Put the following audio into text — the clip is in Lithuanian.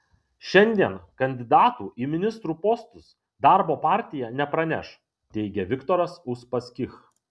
šiandien kandidatų į ministrų postus darbo partija nepraneš teigia viktoras uspaskich